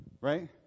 right